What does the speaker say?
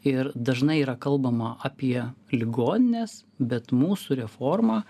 ir dažnai yra kalbama apie ligonines bet mūsų reforma